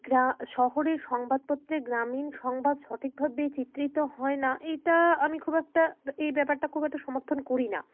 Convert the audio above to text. শহরে সংবাদপত্রে গ্রামীণ সংবাদ সঠিকভাবে চিত্রিত হয় না এটা আমি খুব একটা এই ব্যাপারটা খুব একটা সমর্থন করি না